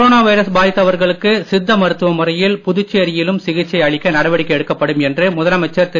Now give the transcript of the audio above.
corona virus பாதித்தவர்களுக்கு சித்த மருத்துவ முறையில் புதுச்சேரியிலும் சிகிச்சை அளிக்க நடவடிக்கை எடுக்கப்படும் என்று முதலமைச்சர் திரு